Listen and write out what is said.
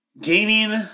Gaining